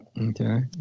okay